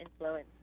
influence